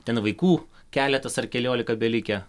ten vaikų keletas ar keliolika belikę